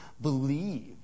believe